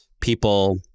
people